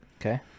Okay